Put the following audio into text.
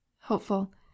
Hopeful